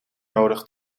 nodig